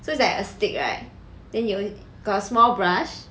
so it's like a stick right then you got a small brush